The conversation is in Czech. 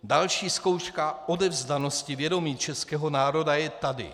Další zkouška odevzdanosti vědomí českého národa je tady.